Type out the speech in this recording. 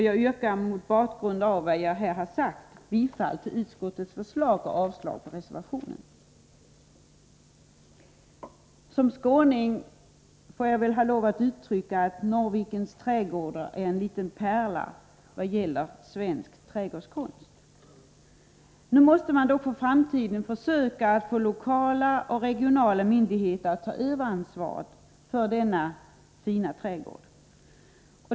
Jag yrkar mot bakgrund av vad jag här har sagt bifall till utskottets förslag och avslag på reservation nr 1 Som skåning får jag lov att uttrycka att Norrvikens trädgårdar är en pärla vad gäller svensk trädgårdskonst. Man måste dock för framtiden söka få lokala och regionala myndigheter att ta över ansvaret för denna fina trädgård.